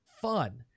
fun